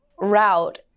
route